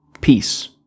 peace